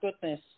goodness